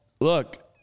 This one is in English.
look